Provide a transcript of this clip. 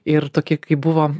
ir tokie kaip buvo